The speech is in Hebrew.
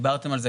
ודיברתם על זה,